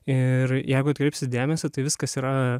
ir jeigu atkreipsit dėmesį tai viskas yra